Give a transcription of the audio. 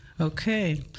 okay